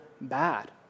bad